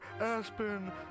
Aspen